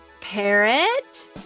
parrot